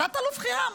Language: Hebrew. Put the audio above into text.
תת-אלוף חירם?